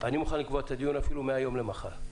אני מוכן לקבוע את הדיון אפילו מהיום למחר.